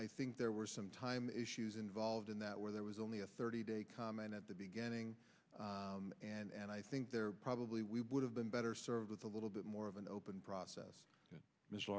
i think there were some time issues involved in that where there was only a thirty day comment at the beginning and i think there probably we would have been better served with a little bit more of an open process